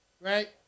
Right